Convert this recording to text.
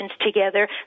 together